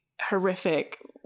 horrific